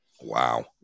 wow